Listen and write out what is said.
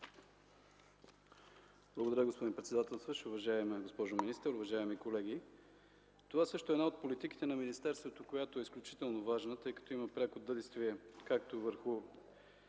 Благодаря, господин председателстващ. Уважаема госпожо министър, уважаеми колеги! Това също е една от политиките на министерството, която е изключително важна, тъй като има пряко действие както върху